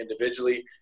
individually